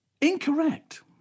Incorrect